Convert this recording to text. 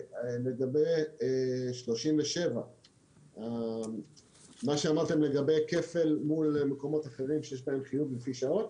לגבי 37. מה שאמרתם לגבי כפל מול מקומות אחרים שיש להם חיוב לפי שעות.